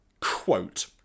quote